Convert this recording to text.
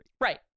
Right